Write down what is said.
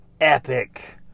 epic